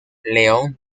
león